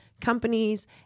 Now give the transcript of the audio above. companies